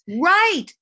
Right